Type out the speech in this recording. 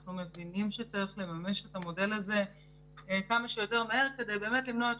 אנחנו מבינים שצריך לממש את המודל הזה כמה שיותר מהר כדי באמת למנוע את